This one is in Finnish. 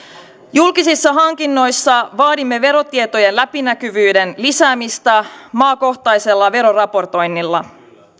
julkisissa hankinnoissa vaadimme verotietojen läpinäkyvyyden lisäämistä maakohtaisella veroraportoinnilla